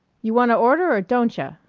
you wanna order or doncha?